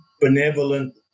benevolent